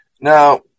Now